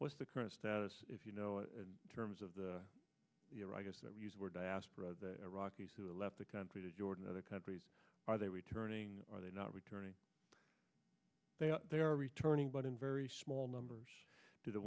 what's the current status if you know in terms of the year i guess that we use where diaspora iraqis who have left the country to jordan other countries are they returning are they not returning they are returning but in very small numbers to the